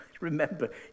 remember